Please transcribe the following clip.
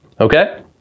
Okay